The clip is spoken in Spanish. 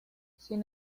sin